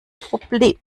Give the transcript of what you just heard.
problemfall